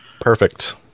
Perfect